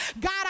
God